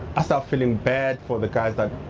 i start feeling bad for the guys that.